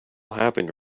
happened